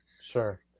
Sure